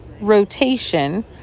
rotation